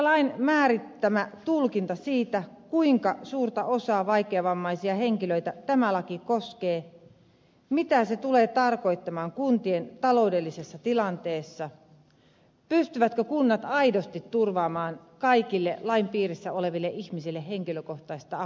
laki määrittää tulkinnan siitä kuinka suurta osaa vaikeavammaisia henkilöitä tämä laki koskee mitä se tulee tarkoittamaan kuntien taloudellisessa tilanteessa pystyvätkö kunnat aidosti turvaamaan kaikille lain piirissä oleville ihmisille henkilökohtaista apua